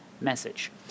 message